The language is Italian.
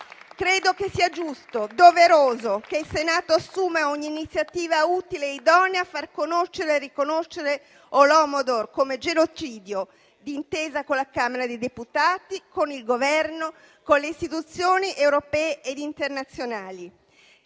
Credo sia giusto e doveroso che il Senato assuma ogni iniziativa utile e idonea a far conoscere e riconoscere Holodomor come genocidio, d'intesa con la Camera dei deputati, con il Governo, con le istituzioni europee ed internazionali.